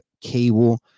cable